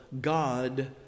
God